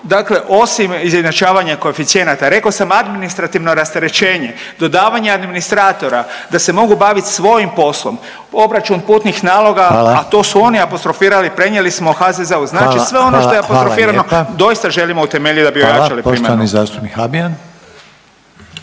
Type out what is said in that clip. Dakle, osim izjednačavanja koeficijenata rekao sam administrativno rasterećenje, dodavanje administratora da se mogu bavit svojim poslom, obračun putnih naloga …/Upadica: Hvala./… a to su oni apostrofirali prenijeli smo HZZO-u. Znači sve ono što je …/Upadica: Hvala, hvala lijepa./… apostrofirano doista želimo utemeljit da bi ojačali primarnu. **Reiner, Željko (HDZ)** Hvala. Poštovani zastupnik Habijan.